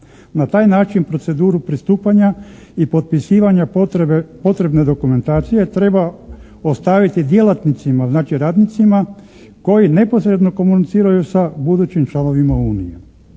Na taj način proceduru pristupanja i potpisivanja potrebne dokumentacije treba ostaviti djelatnicima znači radnicima koji neposredno komuniciraju sa budućim članovima unije.